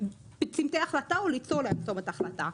בצמתי החלטה או ליצור להם צומת החלטה.